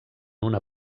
una